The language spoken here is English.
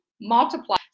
multiply